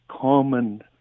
common